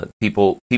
people